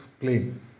plane